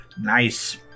Nice